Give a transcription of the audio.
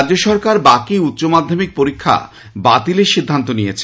রাজ্য সরকার বাকি উষ্কমাধ্যমিক পরীক্ষা বাতিলের সিদ্ধান্ত নিয়েছে